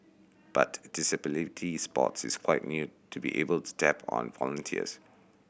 but disability sports is quite new to be able to tap on volunteers